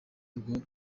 rwa